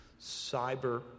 Cyber